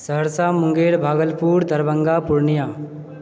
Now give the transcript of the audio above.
Saharsa Munger Bhagalpur Darbhanga Purnia